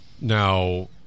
Now